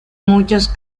muchos